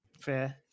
Fair